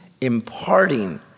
imparting